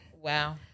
Wow